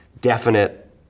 definite